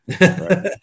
Right